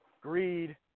Greed